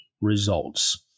results